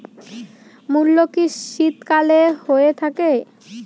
মূলো কি শীতকালে হয়ে থাকে?